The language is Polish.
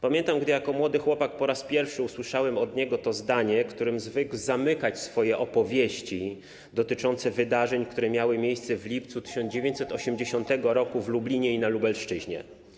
Pamiętam, gdy jako młody chłopak po raz pierwszy usłyszałem od niego to zdanie, którym zwykł zamykać swoje opowieści dotyczące wydarzeń, które miały miejsce w lipcu 1980 r. w Lublinie i na Lubelszczyźnie.